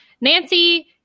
Nancy